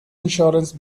insurance